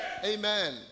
Amen